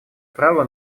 право